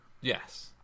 Yes